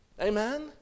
Amen